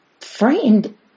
frightened